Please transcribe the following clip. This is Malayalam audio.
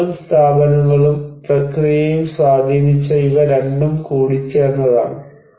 നയങ്ങളും സ്ഥാപനങ്ങളും പ്രക്രിയയും സ്വാധീനിച്ച ഇവ രണ്ടും കൂടിച്ചേർന്നതാണ്